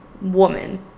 woman